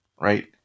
right